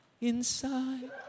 inside